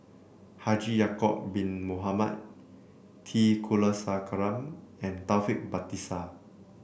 Haji Ya'acob Bin Mohamed T Kulasekaram and Taufik Batisah